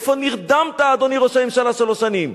איפה נרדמת, אדוני ראש הממשלה, שלוש שנים?